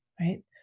right